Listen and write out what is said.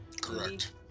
Correct